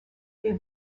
des